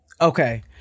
okay